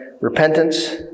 repentance